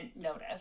notice